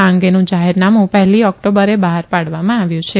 આ અંગેનું જાહેરનામું પહેલી ઓકટોબરે બહાર પાડવામાં આવ્યું છે